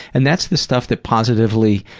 and that's the stuff that positively